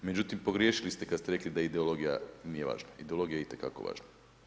Međutim, pogriješili ste kad ste rekli da ideologija nije važna, ideologija je itekako važna.